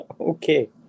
okay